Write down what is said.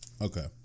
Okay